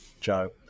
Joe